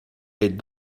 est